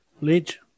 Ledge